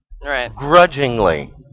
grudgingly